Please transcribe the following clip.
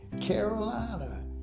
Carolina